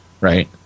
right